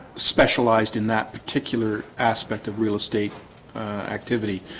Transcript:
specialized in that particular aspect of real estate activity,